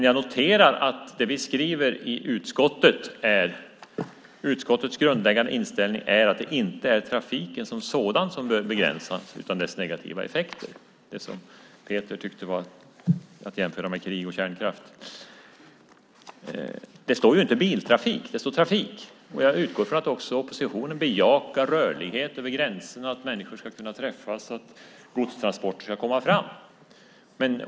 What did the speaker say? Jag noterar ändå att det vi skriver i utlåtandet är att "utskottets grundläggande inställning är att det inte är trafiken som sådan som bör begränsas utan dess negativa effekter". Det var det som Peter tyckte var att jämföra med krig och kärnkraft. Det står ju inte biltrafik. Det står trafik. Jag utgår från att också oppositionen bejakar rörlighet över gränserna, att människor ska kunna träffas och att godstransporter ska komma fram.